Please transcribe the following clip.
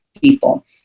people